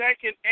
second